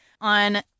on